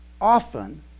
Often